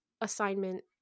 assignment